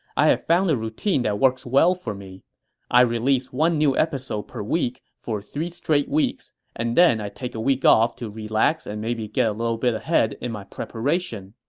i have found a routine that works well for me i release one new episode per week for three straight weeks, and then i take a week off to relax and maybe get a little bit ahead in my preparation.